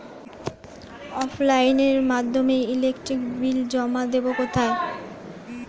অফলাইনে এর মাধ্যমে ইলেকট্রিক বিল জমা দেবো কোথায়?